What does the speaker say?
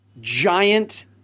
giant